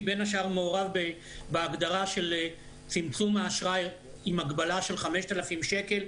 בין השאר מעורב בהגדרה של צמצום האשראי עם הגבלה של 5,000 שקל,